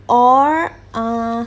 or uh